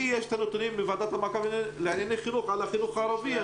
לי יש את הנתונים מוועדת המעקב לענייני חינוך על החינוך הערבי.